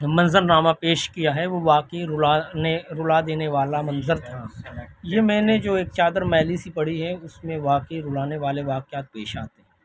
منظرنامہ پیش کیا ہے وہ واقعی رلانے رلا دینے والا منظر تھا یہ میں نے جو ایک چادر میلی سی پڑھی ہے اس میں واقعی رلانے والے واقعات پیش آتے